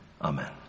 Amen